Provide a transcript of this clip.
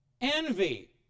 envy